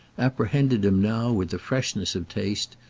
apprehended him now with a freshness of taste,